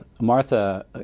Martha